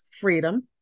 freedom